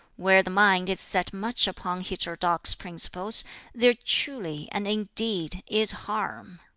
where the mind is set much upon heterodox principles there truly and indeed is harm.